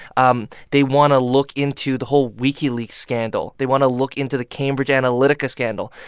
um they want to look into the whole wikileaks scandal. they want to look into the cambridge analytica scandal.